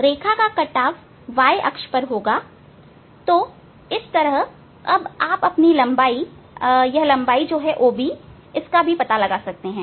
रेखा का कटाव y अक्ष पर होगा तो इस तरह अब आप यह लंबाई OB का पता लगा सकते हैं